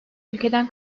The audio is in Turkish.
ülkeden